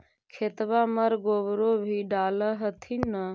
खेतबा मर गोबरो भी डाल होथिन न?